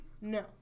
No